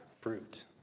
fruit